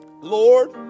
Lord